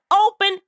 open